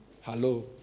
Hello